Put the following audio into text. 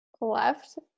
Left